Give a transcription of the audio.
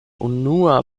unua